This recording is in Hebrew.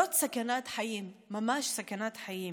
זאת סכנת חיים, ממש סכנת חיים.